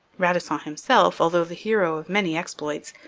radisson himself, although the hero of many exploits,